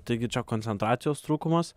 taigi čia koncentracijos trūkumas